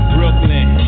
Brooklyn